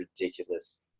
ridiculous